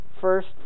first